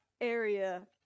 area